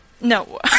no